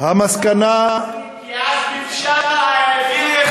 העורף נשאר בחזית כי עזמי בשארה העביר לאויב,